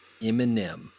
Eminem